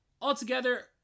altogether